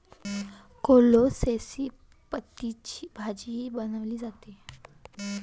कोलोसेसी पतींची भाजीही बनवली जाते